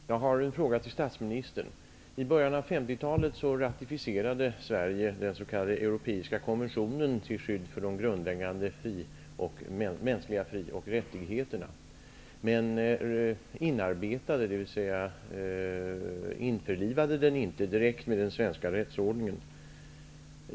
Herr talman! Jag har en fråga till statsministern. I början av 50-talet ratificerade Sverige den s.k. europeiska konventionen till skydd för de grundläggande mänskliga fri och rättigheterna, men införlivade den inte direkt med den svenska rättsordningen.